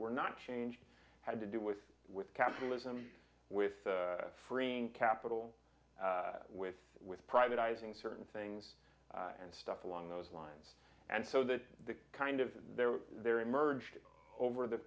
were not changed had to do with with capitalism with freeing capital with with privatizing certain things and stuff along those lines and so that the kind of there there emerged over the